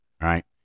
right